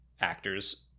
actors